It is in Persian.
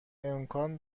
امکان